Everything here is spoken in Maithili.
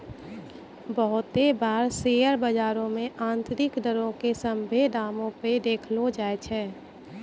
बहुते बार शेयर बजारो मे आन्तरिक दरो के सभ्भे दामो पे देखैलो जाय छै